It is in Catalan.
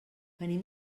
venim